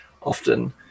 often